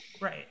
Right